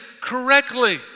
correctly